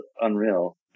unreal